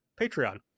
Patreon